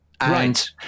Right